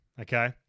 okay